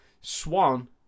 Swan